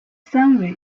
三维